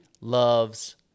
loves